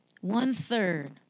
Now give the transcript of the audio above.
one-third